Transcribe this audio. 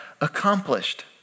accomplished